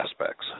aspects